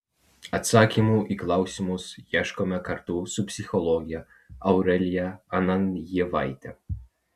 atsakymų į klausimus ieškome kartu su psichologe aurelija ananjevaite